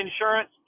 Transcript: insurance